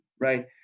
right